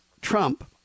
trump